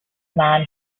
man